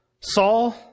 Saul